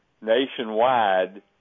nationwide